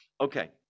Okay